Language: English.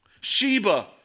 Sheba